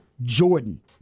Jordan